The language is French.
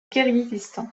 kirghizistan